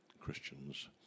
Christians